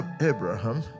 Abraham